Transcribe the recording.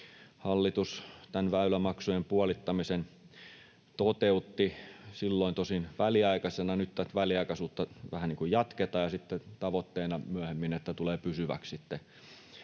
hallitus tämän väylämaksujen puolittamisen toteutti, silloin tosin väliaikaisena, nyt tätä väliaikaisuutta vähän niin kuin jatketaan, ja tavoitteena on, että myöhemmin tulee pysyväksi tämä